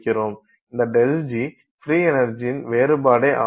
இந்த ΔG free எனர்ஜியின் வேறுபாடே ஆகும்